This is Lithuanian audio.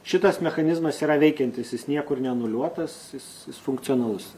šitas mechanizmas yra veikiantis jis niekur neanuliuotas jis jis funkcionalus